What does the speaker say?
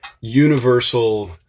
universal